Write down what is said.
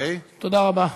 תודה רבה.